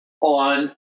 on